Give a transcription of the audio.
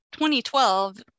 2012